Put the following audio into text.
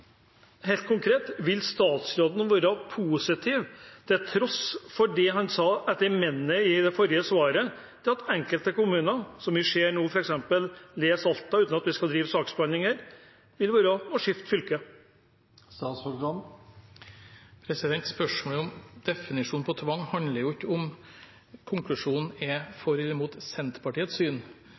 helt konkret: Vil statsråden være positiv, til tross for det han sa etter men-et i det forrige svaret, til at enkelte kommuner – les Alta, uten at jeg skal drive saksbehandling her – vil skifte fylke? Spørsmålet om definisjon på tvang handler ikke om konklusjonen er for eller mot Senterpartiets syn.